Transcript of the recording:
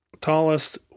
tallest